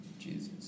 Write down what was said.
Jesus